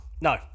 No